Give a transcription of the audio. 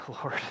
Lord